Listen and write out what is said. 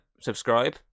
subscribe